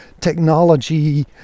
technology